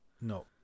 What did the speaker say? No